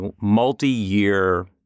multi-year